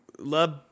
Love